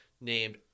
named